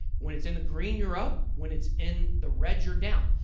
when it's in the green, you're up. when it's in the red, you're down.